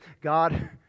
God